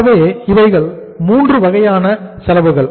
ஆகவே இவைகள் 3 வகையான செலவுகள்